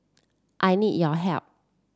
I need your help